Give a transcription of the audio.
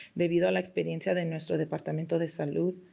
debido a la experiencia de nuestro departamento de salud a